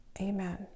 Amen